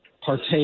partake